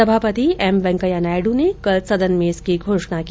सभापति एम वेंकैया नायडू ने कल सदन में इसकी घोषणा की